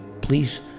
please